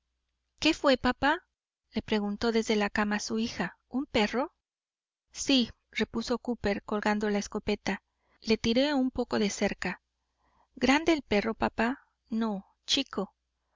qué fué papá le preguntó desde la cama su hija un perro sí repuso cooper colgando la escopeta le tiré un poco de cerca grande el perro papá no chico